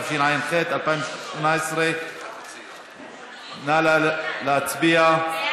התשע"ח 2018. נא להצביע.